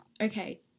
okay